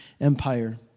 Empire